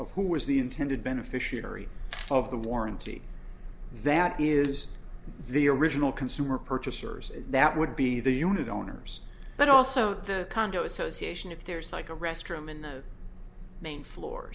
of who was the intended beneficiary of the warranty that is the original consumer purchasers that would be the unit owners but also the condo association if there's like a restroom in the main floor or